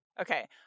Okay